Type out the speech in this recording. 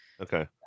Okay